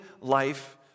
life